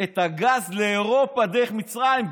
את הגז לאירופה דרך מצרים.